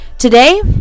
today